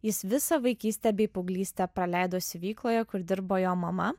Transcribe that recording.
jis visą vaikystę bei paauglystę praleido siuvykloje kur dirbo jo mama